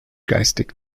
geistig